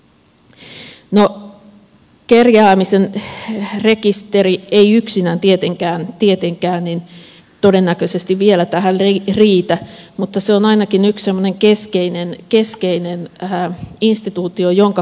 no kerjäämisen rekisteri ei yksinään tietenkään todennäköisesti vielä tähän riitä mutta se on ainakin yksi semmoinen keskeinen instituutio jonka